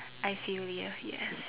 I feel you yes